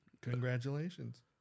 Congratulations